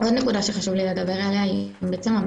עוד נקודה שחשוב לי לדבר עליה זה המצב